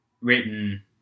written